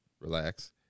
relax